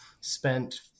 Spent